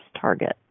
target